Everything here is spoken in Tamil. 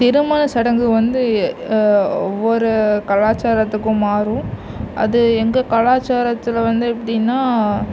திருமண சடங்கு வந்து ஒவ்வொரு கலாச்சாரத்துக்கும் மாறும் அது எங்கள் கலாச்சாரத்தில் வந்து எப்படினா